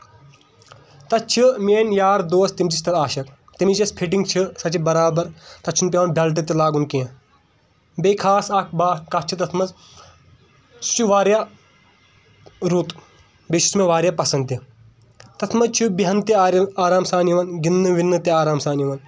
تَتہِ چھُ میٲنۍ یار دوس تِم چھِ تَتھ عاشق تٔمِس یۄس فِٹنٛگ چھِ سۄ چھےٚ برابر تَتھ چھُنہٕ پیٚوان بیٚلٹ تہِ لاگُن کیٚنٛہہ بیٚیہِ خاص اکھ بات کَتھ چھِ تَتھ منٛز سُہ چھُ واریاہ رُت بیٚیہِ چھُ سُہ مےٚ واریاہ پسنٛد تہِ تَتھ منٛز چھُ بیہنہٕ تہِ آرِ آرام سان یِوان گنٛدنہٕ وِنٛدنہٕ تہِ آرام سان یِوان